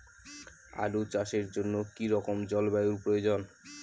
আলু চাষের জন্য কি রকম জলবায়ুর প্রয়োজন?